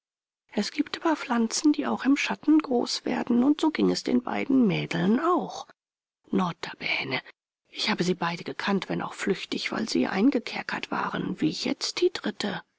es gibt aber pflanzen die auch im schatten groß werden und so ging es den beiden mädeln auch notabene ich habe sie beide gekannt wenn auch flüchtig weil sie eingekerkert waren wie jetzt die dritte